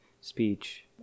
speech